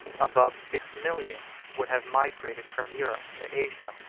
above six millions would have migrated from europe to asia.